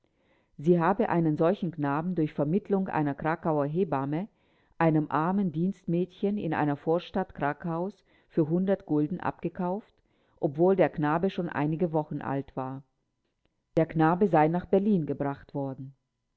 sie habe einen solchen knaben durch vermittelung einer krakauer hebamme einem armen dienstmädchen in einer vorstadt krakaus für gulden abgekauft obwohl der knabe schon einige wochen alt war der knabe sei nach berlin gebracht worden